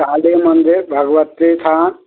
काली मन्दिर भगवती थान